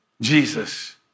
Jesus